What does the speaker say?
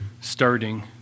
starting